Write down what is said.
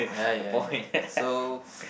ya ya ya so